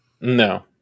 No